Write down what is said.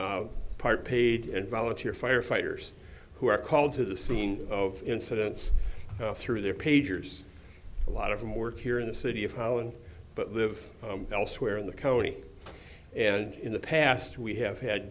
on part paid and volunteer firefighters who are called to the scene of incidents through their pagers a lot of them work here in the city of holland but live elsewhere in the county and in the past we have had